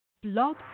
Blog